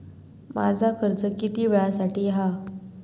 माझा कर्ज किती वेळासाठी हा?